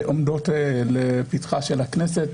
עומדת לפתחה של הכנסת,